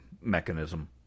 mechanism